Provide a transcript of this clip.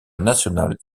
national